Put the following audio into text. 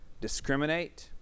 discriminate